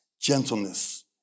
gentleness